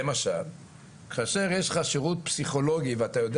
למשל כאשר יש לך שירות פסיכולוגי ואתה יודע